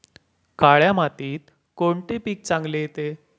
काळ्या मातीत कोणते पीक चांगले येते?